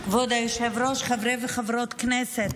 כבוד היושב-ראש, חברי וחברות כנסת,